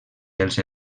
dels